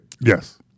Yes